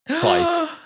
Twice